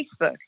Facebook